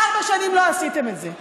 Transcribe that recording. ארבע שנים לא עשיתם את זה,